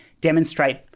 demonstrate